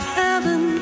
heaven